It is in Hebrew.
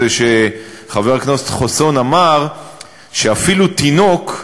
שחבר הכנסת חסון אמר שאפילו תינוק,